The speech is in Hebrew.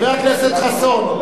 חבר הכנסת חסון,